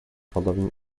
following